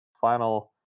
final